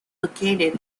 located